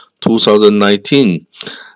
2019